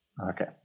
Okay